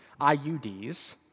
IUDs